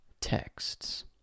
texts